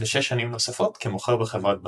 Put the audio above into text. ושש שנים נוספות כמוכר בחברת בשר.